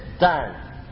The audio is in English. down